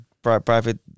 private